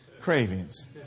cravings